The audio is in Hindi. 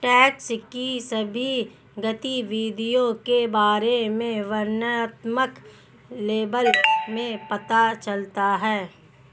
टैक्स की सभी गतिविधियों के बारे में वर्णनात्मक लेबल में पता चला है